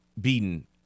beaten